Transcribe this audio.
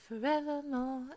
forevermore